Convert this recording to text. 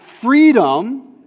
freedom